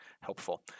helpful